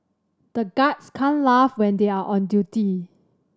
the guards can't laugh when they are on duty